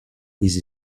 busy